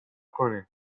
کنین